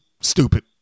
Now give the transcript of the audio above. stupid